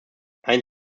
ein